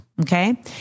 Okay